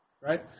Right